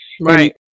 Right